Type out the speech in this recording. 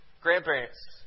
grandparents